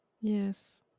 Yes